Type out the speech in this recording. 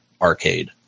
arcade